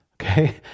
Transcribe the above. Okay